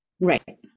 Right